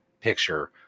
picture